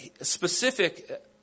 specific